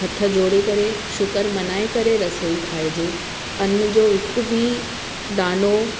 हथ जोड़े करे शुकरु मनाए करे रसोई खाइजे अन जो हिकु बि दाणो